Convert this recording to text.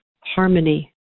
harmony